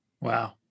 Wow